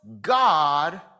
God